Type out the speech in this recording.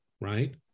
right